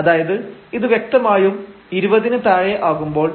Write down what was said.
അതായത് ഇത് വ്യക്തമായും 20 ന് താഴെ ആകുമ്പോൾ